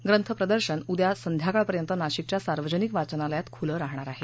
हे ग्रंथ प्रदर्शन उद्या सायंकाळ पर्यंत नाशिकच्या सार्वजनिक वाचनालयात खुलं राहणार आहे